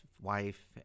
wife